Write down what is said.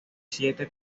siete